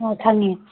ꯑꯣ ꯈꯪꯉꯦ